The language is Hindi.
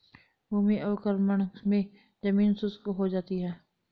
भूमि अवक्रमण मे जमीन शुष्क हो जाती है